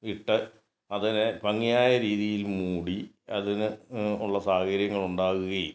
ഇട്ട് അതിനെ ഭംഗിയായ രീതിയില് മൂടി അതിനെ ഉള്ള സാഹചര്യങ്ങള് ഉണ്ടാകുകയും